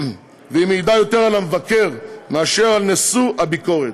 והיא מעידה על המבקר יותר מאשר על נשוא הביקורת.